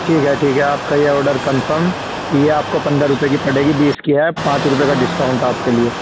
ٹھیک ہے ٹھیک ہے آپ کا یہ آرڈر کنفرم یہ آپ کو پندرہ روپے کی پڑے گی بیس کی ہے پانچ روپے کا ڈسکاؤنٹ آپ کے لیے